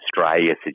Australia